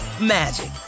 magic